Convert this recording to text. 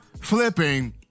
flipping